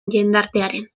jendartearen